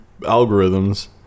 algorithms